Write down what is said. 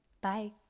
Bye